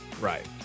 right